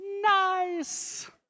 nice